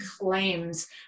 claims